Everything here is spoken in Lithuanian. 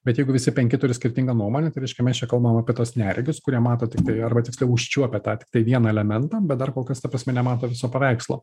bet jeigu visi penki turi skirtingą nuomonę tai reiškia mes čia kalbam apie tuos neregius kurie mato tiktai arba tiksliau užčiuopia tą tiktai vieną elementą bet dar kol kas ta prasme nemato viso paveikslo